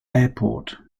airport